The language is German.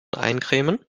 eincremen